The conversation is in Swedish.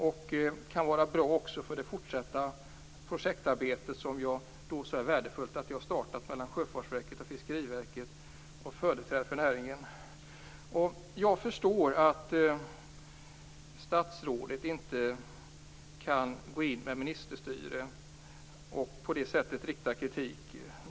Det kan också vara bra för det fortsatta projektarbetet mellan Sjöfartsverket, Fiskeriverket och företrädare för näringen som det är så värdefullt att det har startat. Jag förstår att statsrådet inte kan gå in med ministerstyre och på det sättet rikta kritik.